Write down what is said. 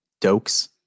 dokes